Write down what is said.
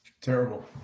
Terrible